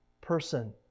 person